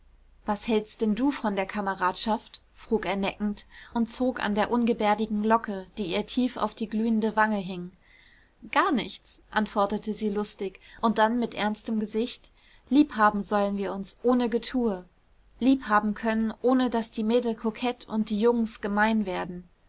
was hältst denn du von der kameradschaft frug er neckend und zog an der ungebärdigen locke die ihr tief auf die glühende wange hing gar nichts antwortete sie lustig und dann mit ernstem gesicht liebhaben sollen wir uns ohne getue liebhaben können ohne daß die mädel kokett und die jungens gemein werden